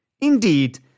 Indeed